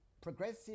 progressive